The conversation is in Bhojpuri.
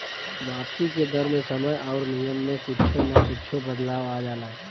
वापसी के दर मे समय आउर नियम में कुच्छो न कुच्छो बदलाव आ जाला